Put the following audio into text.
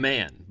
Man